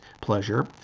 pleasure